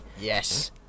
yes